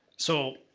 so,